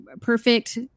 perfect